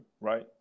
right